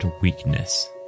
weakness